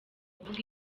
kuvuga